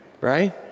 Right